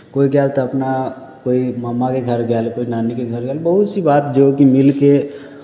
कोइ गएल तऽ अपना कोइ मामाके घर गएल कोइ नानीके घर गएल बहुत सी बात जो कि मिलि कऽ